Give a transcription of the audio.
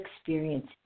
experience